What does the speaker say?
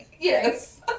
yes